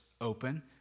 open